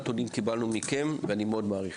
לצערי הנתונים במצגת לא מעודכנים,